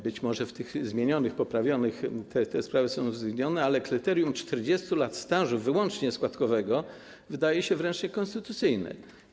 Być może w tych zmianach, poprawkach te sprawy są zmienione, ale kryterium 40 lat stażu wyłącznie składkowego wydaje się wręcz niekonstytucyjne.